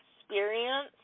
experience